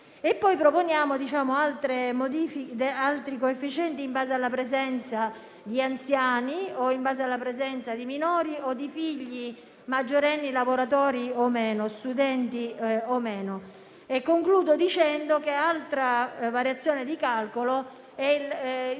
Proponiamo infine altri coefficienti in relazione alla presenza di anziani, di minori o di figli maggiorenni, lavoratori o meno, studenti o meno. Concludo dicendo che altra variazione di calcolo è il